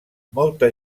molta